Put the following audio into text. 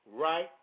right